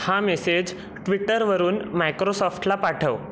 हा मेसेज ट्विटरवरून मायक्रोसॉफ्टला पाठव